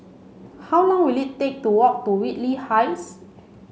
how long will it take to walk to Whitley Heights